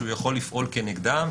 שהוא יכול לפעול כנגדם,